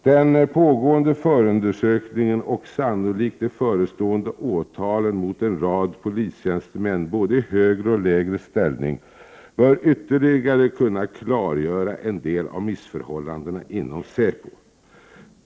Den pågående förundersökningen och sannolikt de förestående åtalen mot en rad polistjänstemän, i både högre och lägre ställning, bör ytterligare kunna klargöra en del av missförhållandena inom säpo.